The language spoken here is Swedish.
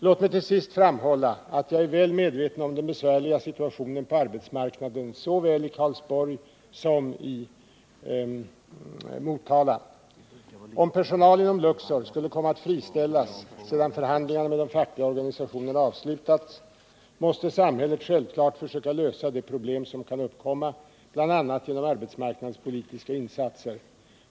Låt mig till sist framhålla att jag är väl medveten om den besvärliga situationen på arbetsmarknaden såväl i Karlsborg som i Motala. Om personal inom Luxor skulle komma att friställas sedan förhandlingarna med de fackliga organisationerna avslutats, måste samhället självklart försöka lösa de problem som kan uppkomma, bl.a. genom arbetsmarknadspolitiska insatser.